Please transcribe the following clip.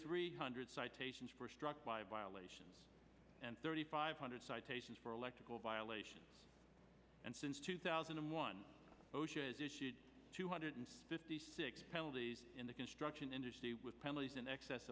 three hundred citations were struck by violations and thirty five hundred citations for electrical violations and since two thousand and one osha has issued two hundred fifty six penalties in the construction industry with penalties in excess